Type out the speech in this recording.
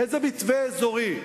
איזה מתווה אזורי?